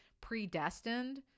predestined